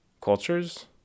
cultures